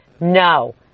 No